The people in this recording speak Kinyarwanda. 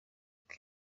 kuko